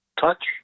touch